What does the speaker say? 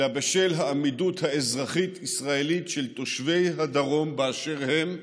אלא בשל העמידות האזרחית הישראלית של תושבי הדרום באשר הם,